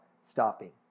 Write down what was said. stopping